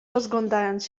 rozglądając